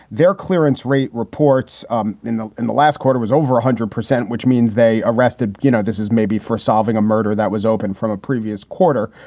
their clearance rate reports um in the in the last quarter was over one hundred percent, which means they arrested. you know, this is maybe for solving a murder that was open from a previous quarter.